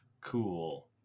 Cool